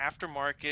aftermarket